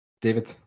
David